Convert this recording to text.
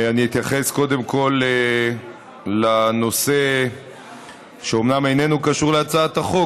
אני אתייחס קודם כול לנושא שאומנם איננו קשור להצעת החוק,